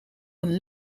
een